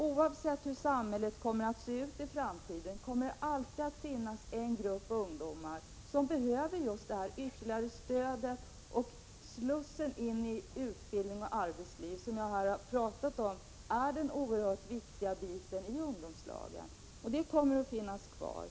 Oavsett hur samhället kommer att se ut i framtiden, kommer det alltid att finnas en grupp ungdomar som behöver just det här ytterligare stödet och den slussning in i arbetslivet som jag har pratat om. Den oerhört viktiga biten i ungdomslagen kommer att finnas kvar.